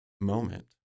moment